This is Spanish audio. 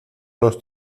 los